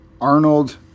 Arnold